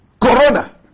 Corona